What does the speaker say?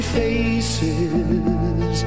faces